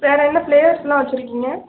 வேறு என்ன ஃப்ளேவர்ஸ்லாம் வெச்சுருக்கீங்க